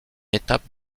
étape